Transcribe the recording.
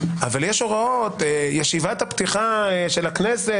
אבל יש הוראות כמו תקנות ישיבת הפתיחה של הכנסת,